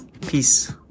Peace